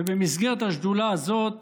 ובמסגרת השדולה הזאת